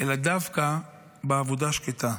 מאירועים ביטחוניים,